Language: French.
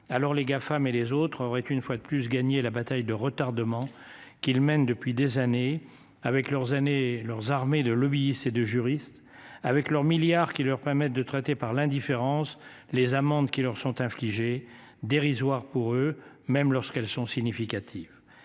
Alors les Gafam et les autres après, une fois de plus gagné la bataille de retardement qu'il mène depuis des années avec leurs années leurs armées de lobbies c'est de juristes avec leurs milliards qui leur permettent de traiter par l'indifférence. Les amendes qui leur sont infligés dérisoire pour eux même lorsqu'elles sont significatives,